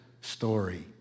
story